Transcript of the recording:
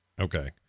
Okay